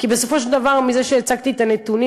כי בסופו של דבר מזה שהצגתי את הנתונים